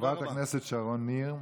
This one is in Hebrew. חברת הכנסת שרון ניר,